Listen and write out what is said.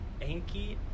Anki